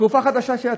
תרופה חדשה שיצאה.